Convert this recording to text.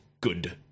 good